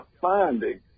finding